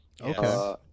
Okay